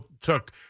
took